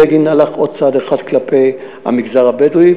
בגין הלך עוד צעד אחד כלפי המגזר הבדואי,